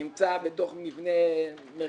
הוא נמצא בתוך מבנה מרכז מסחרי.